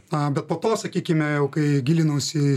na bet po to sakykime jau kai gilinausi į